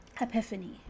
epiphany